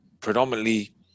predominantly